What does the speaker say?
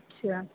अछा